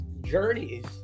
journeys